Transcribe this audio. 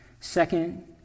Second